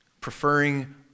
preferring